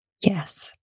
yes